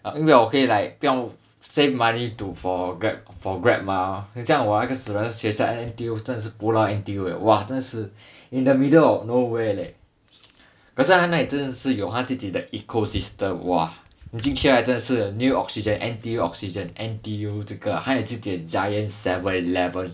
因为我可以 like 比较 save money to for Grab ah 很像我那个死人学校 N_T_U 真的是 pulau N_T_U leh !wah! 真的是 in the middle of nowhere leh 可是他那边真的是有自己 the ecosystem !wah! 你进去真是 new oxygen N_T_U oxygen N_T_U 这个他有自己的 giant seven eleven